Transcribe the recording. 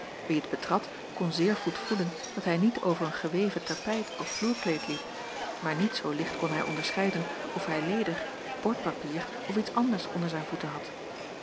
wie het betrad kon zeer goed voelen dat hij niet over een geweven tapijt of vloerkleed liep maar niet zoo licht kon hij onderscheiden of hij leder bordpapier of iets anders onder zijn voeten had